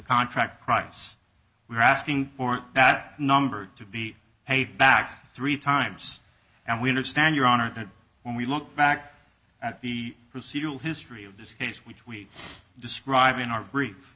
contract price we're asking for that number to be paid back three dollars times and we understand your honor that when we look back at the procedural history of this case which we describe in our brief